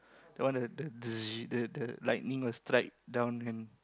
the one that that the the lightning will strike down and